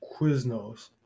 Quiznos